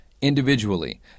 Individually